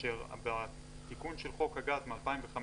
כאשר בתיקון של חוק הגז מ-2015,